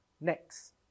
next